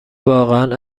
واقعا